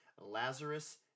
Lazarus